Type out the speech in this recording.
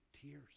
tears